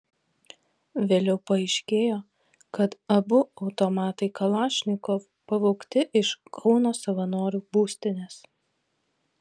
vėliau paaiškėjo kad abu automatai kalašnikov pavogti iš kauno savanorių būstinės